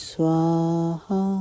Swaha